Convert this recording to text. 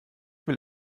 will